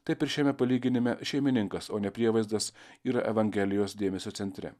taip ir šiame palyginime šeimininkas o ne prievaizdas ir evangelijos dėmesio centre